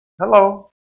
Hello